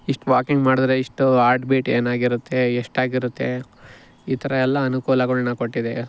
ಇಷ್ಟು ವಾಕಿಂಗ್ ಮಾಡಿದ್ರೆ ಇಷ್ಟು ಆರ್ಟ್ಬೀಟ್ ಏನಾಗಿರುತ್ತೆ ಎಷ್ಟಾಗಿರುತ್ತೆ ಈ ಥರ ಎಲ್ಲ ಅನುಕೂಲಗಳ್ನ ಕೊಟ್ಟಿದೆ